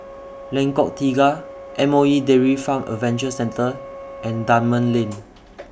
Lengkok Tiga M O E Dairy Farm Adventure Centre and Dunman Lane